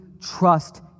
trust